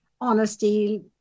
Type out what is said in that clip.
honesty